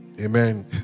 Amen